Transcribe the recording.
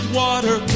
water